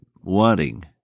wanting